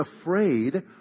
afraid